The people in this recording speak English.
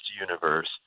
universe